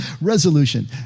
Resolution